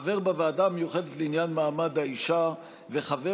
חבר בוועדה המיוחדת לעניין מעמד האישה וחבר